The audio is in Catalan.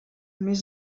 més